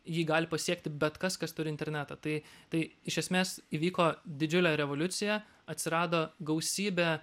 jį gali pasiekti bet kas kas turi internetą tai tai iš esmės įvyko didžiulė revoliucija atsirado gausybė